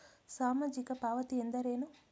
ಸಾಮಾಜಿಕ ಪಾವತಿ ಎಂದರೇನು?